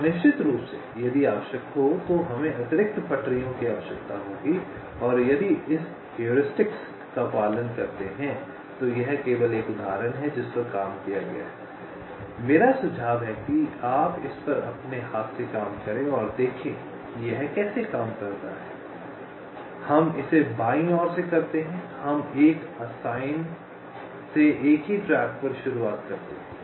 और निश्चित रूप से यदि आवश्यक हो तो हमें अतिरिक्त पटरियों की आवश्यकता होगी और यदि आप इस हेउरिस्टिक का पालन करते हैं तो यह केवल एक उदाहरण है जिस पर काम किया गया है मेरा सुझाव है कि आप इस पर अपने हाथ से काम करें और देखें यह कैसे काम करता है हम इसे बाईं ओर से करते हैं हम एक असाइन से एक ही ट्रैक पर शुरू करते हैं